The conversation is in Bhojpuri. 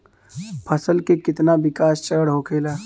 फसल के कितना विकास चरण होखेला?